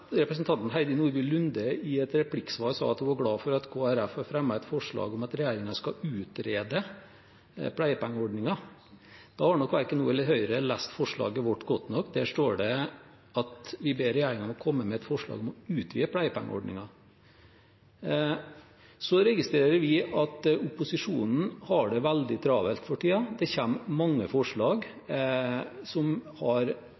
representanten Heidi Nordby Lunde i et replikksvar sa at hun var glad for at Kristelig Folkeparti hadde fremmet et forslag om at regjeringen skal utrede pleiepengeordningen. Da har nok verken hun eller Høyre lest forslaget vårt godt nok. Der står det at vi ber regjeringen komme med et forslag om å utvide pleiepengeordningen. Så registrerer vi at opposisjonen har det veldig travelt for tiden. Det kommer mange forslag som har